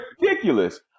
Ridiculous